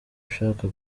ushaka